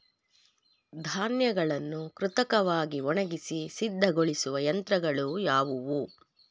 ಧಾನ್ಯಗಳನ್ನು ಕೃತಕವಾಗಿ ಒಣಗಿಸಿ ಸಿದ್ದಗೊಳಿಸುವ ಯಂತ್ರಗಳು ಯಾವುವು?